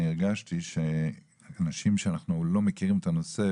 הרגשתי שאנשים שאנחנו לא מכירים את הנושא,